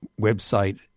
website